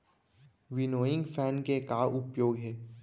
Winnowing fan के का का उपयोग हे?